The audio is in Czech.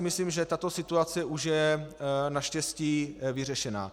Myslím, že tato situace už je naštěstí vyřešena.